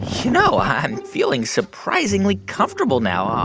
you know, i'm feeling surprisingly comfortable now,